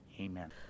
Amen